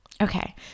Okay